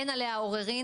אין עליה עוררין,